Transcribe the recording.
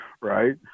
right